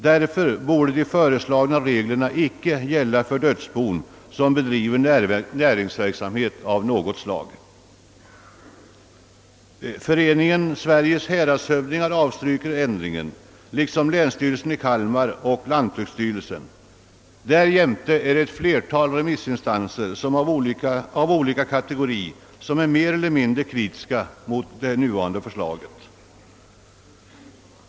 Därför borde de föreslagna reglerna icke gälla för dödsbon som bedriver näringsverksamhet av något slag. Föreningen Sveriges häradshövdingar avstyrker ändringen, liksom länsstyrelsen i Kalmar län och lantbruksstyrelsen. Därjämte är ett flertal remissinstanser av olika kategorier mer eller mindre kritiska mot det framlagda förslaget.